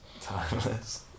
Timeless